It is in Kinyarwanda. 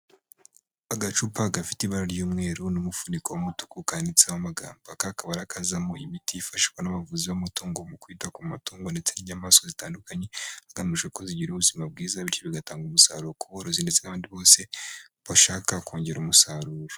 Agacupa gafite ibara ry'umweru n'umufuniko w'umutuku kanditseho amagambo, aka akaba ari akazamo imiti yifashishwa n'abavuzi b'amatungo mu kwita ku matungo ndetse n'inyamaswa zitandukanye, hagamije ko zigira ubuzima bwiza bityo bigatanga umusaruro ku borozi ndetse abandi bose bashaka kongera umusaruro.